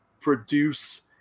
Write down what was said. produce